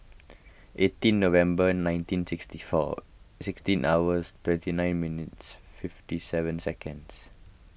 eighteen November nineteen sixty four sixteen hours twenty nine minutes fifty seven seconds